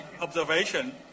observation